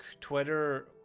twitter